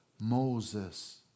Moses